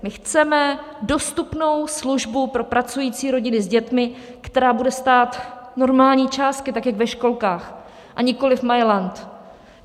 My chceme dostupnou službu pro pracující rodiny s dětmi, která bude stát normální částky, tak jak ve školkách, a nikoliv majlant.